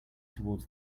toward